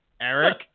Eric